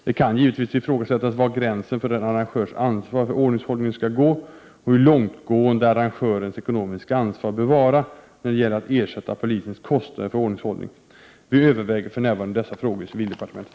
Det kan givetvis ifrågasättas var gränsen för en arrangörs ansvar för ordningshållningen skall gå och hur långtgående arrangörernas ekonomiska ansvar bör vara när det gäller att ersätta polisens kostnader för ordningshållning. Vi överväger för närvarande dessa frågor i civildepartementet.